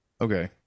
Okay